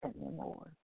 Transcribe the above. anymore